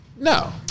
No